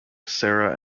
sarah